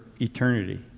eternity